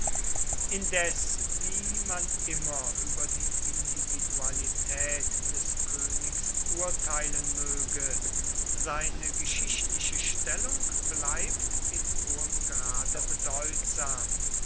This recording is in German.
indes wie man immer über die individualität des königs urteilen möge seine geschichtliche stellung bleibt in hohem grade bedeutsam